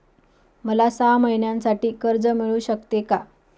मला सहा महिन्यांसाठी कर्ज मिळू शकते का?